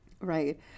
Right